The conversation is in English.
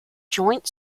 joint